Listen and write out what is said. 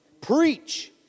Preach